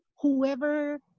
whoever